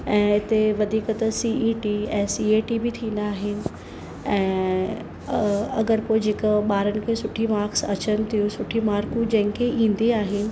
ऐं इते वधीक त सी ई टी ऐं सी ए टी बि थींदा आहिनि ऐं अगरि कोई जेका ॿारनि खे सुठी माक्स अचनि थियूं सुठी मार्कू जंहिंखें ईंदी आहे